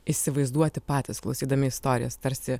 įsivaizduoti patys klausydami istorijos tarsi